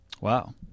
Wow